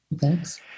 thanks